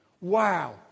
Wow